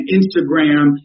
Instagram